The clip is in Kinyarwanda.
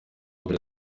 mbere